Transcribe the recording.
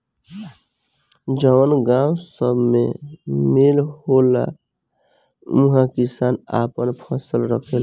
जवन गावं सभ मे मील होला उहा किसान आपन फसल राखेला